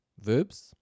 verbs